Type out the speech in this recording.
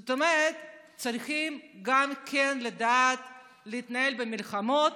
זאת אומרת שצריכים גם לדעת להתנהל במלחמות,